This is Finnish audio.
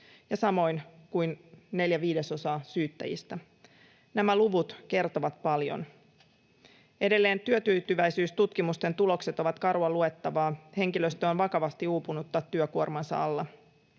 jo samoin kuin neljä viidesosaa syyttäjistä. Nämä luvut kertovat paljon. Edelleen työtyytyväisyystutkimusten tulokset ovat karua luettavaa. Henkilöstö on vakavasti uupunutta työkuormansa alla.